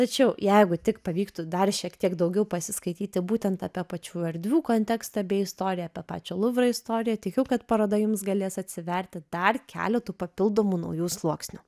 tačiau jeigu tik pavyktų dar šiek tiek daugiau pasiskaityti būtent apie pačių erdvių kontekstą bei istoriją apie pačią luvro istoriją tikiu kad paroda jums galės atsiverti dar keletu papildomų naujų sluoksnių